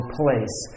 place